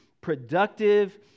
productive